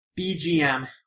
BGM